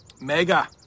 Mega